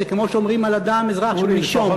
זה כמו שאומרים על אדם-אזרח שהוא נישום.